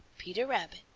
peter rabbit.